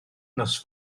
nos